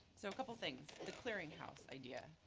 so a couple things. the clearinghouse idea,